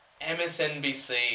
MSNBC